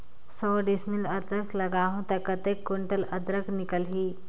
सौ डिसमिल अदरक लगाहूं ता कतेक कुंटल अदरक निकल ही?